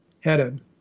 headed